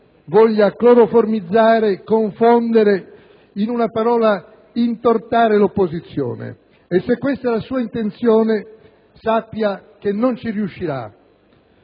voglia cloroformizzare, confondere, in una parola intortare l'opposizione e se questa è la sua intenzione sappia che non ci riuscirà.